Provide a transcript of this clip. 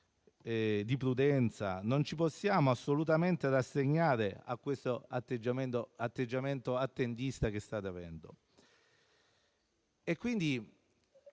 di prudenza. Non ci possiamo assolutamente rassegnare all'atteggiamento attendista che state avendo.